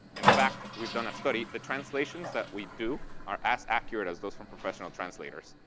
in fact, we've done a study. the translations that we do are as accurate as those from professional translators,